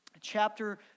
chapter